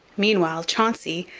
meanwhile chauncey,